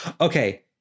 Okay